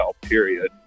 period